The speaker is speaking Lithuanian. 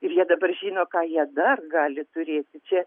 ir jie dabar žino ką jie dar gali turėti čia